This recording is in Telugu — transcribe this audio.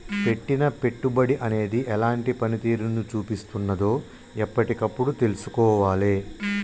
పెట్టిన పెట్టుబడి అనేది ఎలాంటి పనితీరును చూపిస్తున్నదో ఎప్పటికప్పుడు తెల్సుకోవాలే